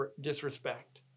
disrespect